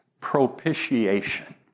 propitiation